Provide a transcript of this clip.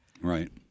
Right